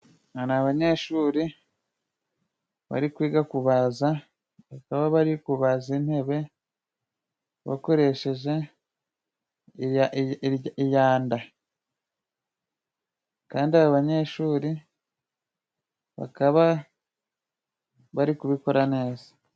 Hari abanyeshuri bari kwiga ku baza. Bakaba bari kubaza intebe bakoresheje iyanda. Kandi aba banyeshuri bakaba bari kubikora neza.